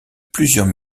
plusieurs